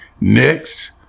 Next